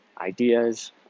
ideas